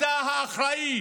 אתה האחראי.